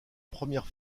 première